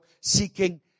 seeking